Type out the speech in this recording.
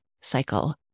cycle